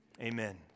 amen